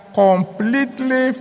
completely